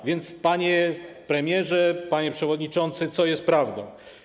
A więc, panie premierze, panie przewodniczący, co jest prawdą?